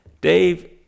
Dave